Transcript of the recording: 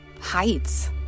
heights